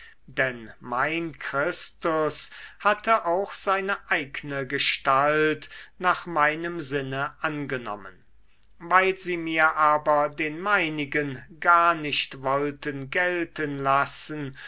denn mein christus hatte auch seine eigne gestalt nach meinem sinne angenommen weil sie mir aber den meinigen gar nicht wollten gelten lassen